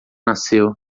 nasceu